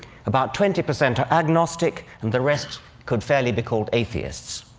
about twenty percent are agnostic and the rest could fairly be called atheists.